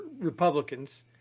Republicans